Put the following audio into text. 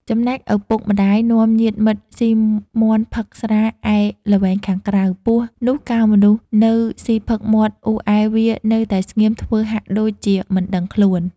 ចំណែកឪពុកម្ដាយនាំញាតិមិត្ដស៊ីមាន់ផឹកស្រាឯល្វែងខាងក្រៅ។ ពស់ នោះកាលមនុស្សនៅស៊ីផឹកមាត់អ៊ូរអែវានៅតែស្ងៀមធ្វើហាក់ដូចជាមិនដឹងខ្លួន។